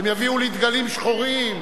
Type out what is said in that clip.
הם יביאו לי דגלים שחורים.